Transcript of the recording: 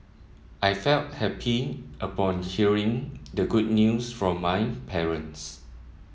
I felt happy upon hearing the good news from my parents